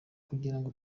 kugirango